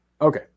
okay